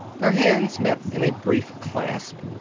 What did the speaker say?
their hands met in a brief clasp.